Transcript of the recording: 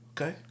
Okay